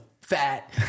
fat